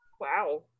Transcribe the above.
wow